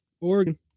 oregon